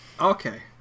Okay